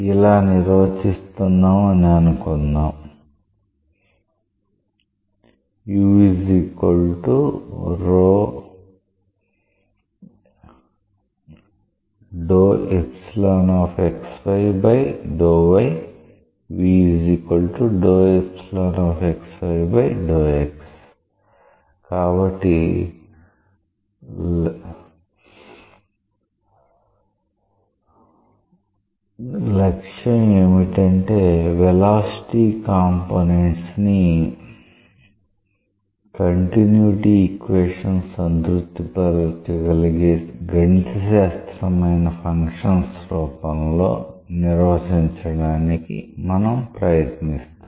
ఇలా నిర్వచిస్తున్నాం అని అనుకుందాం కాబట్టి లక్ష్యం ఏమిటంటే వెలాసిటీ కాంపోనెంట్స్ ని కంటిన్యుటీ ఈక్వేషన్ సంతృప్తిపరచగలిగే గణితశాస్త్రపరమైన ఫంక్షన్స్ రూపంలో నిర్వచించడానికి మనం ప్రయత్నిస్తున్నాం